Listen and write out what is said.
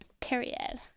period